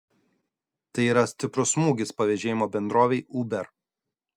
tai yra stiprus smūgis pavėžėjimo bendrovei uber